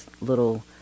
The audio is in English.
little